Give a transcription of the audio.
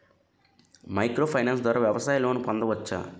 Micro finance ద్వారా వ్యవసాయ loan పొందవచ్చా?